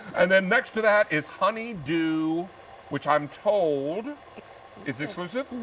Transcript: and ah next to that is honey do which i am told is exclusive.